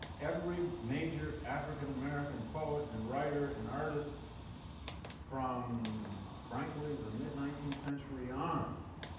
every major african-american poet and writer and artist from frankly the mid-nineteenth century on